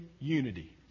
unity